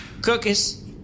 cookies